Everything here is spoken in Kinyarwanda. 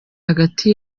hagati